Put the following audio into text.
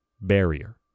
barrier